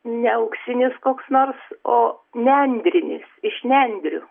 ne auksinis koks nors o nendrinis iš nendrių